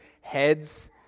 heads